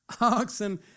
oxen